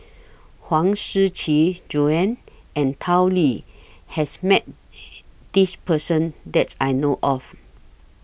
Huang Shiqi Joan and Tao Li has Met This Person that I know of